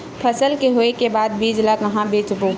फसल के होय के बाद बीज ला कहां बेचबो?